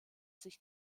sich